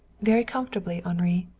very comfortably, henri.